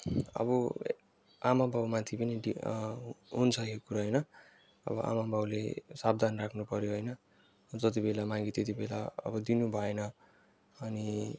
अब आमा बाउमाथि पनि डि हुन्छ यो कुरा होइन अब आमा बाउले सावधान राख्नु पऱ्यो होइन जति बेला माग्यो त्यति बेला अब दिनु भएन अनि